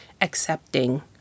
accepting